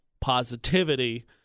positivity